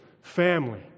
family